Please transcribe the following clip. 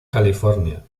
california